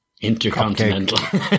Intercontinental